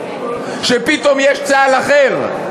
שפתאום יש צה"ל אחר,